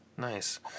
Nice